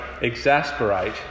exasperate